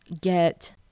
get